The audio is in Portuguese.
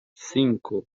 cinco